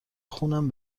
خونم